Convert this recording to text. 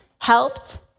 helped